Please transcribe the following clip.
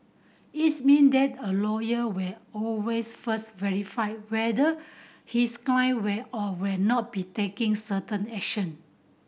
it's mean that a lawyer will always first verify whether his client will or will not be taking certain action